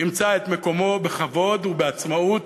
ימצא את מקומו בכבוד ובעצמאות